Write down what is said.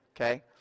Okay